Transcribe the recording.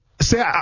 Say